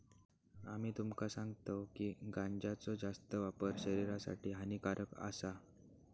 आम्ही तुमका सांगतव की गांजाचो जास्त वापर शरीरासाठी हानिकारक आसा